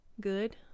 good